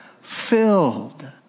filled